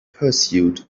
pursuit